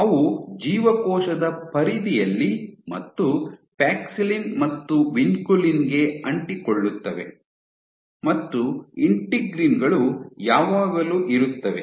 ಅವು ಜೀವಕೋಶದ ಪರಿಧಿಯಲ್ಲಿ ಮತ್ತು ಪ್ಯಾಕ್ಸಿಲಿನ್ ಮತ್ತು ವಿನ್ಕುಲಿನ್ ಗೆ ಅಂಟಿಕೊಳ್ಳುತ್ತವೆ ಮತ್ತು ಇಂಟಿಗ್ರೀನ್ ಗಳು ಯಾವಾಗಲೂ ಇರುತ್ತವೆ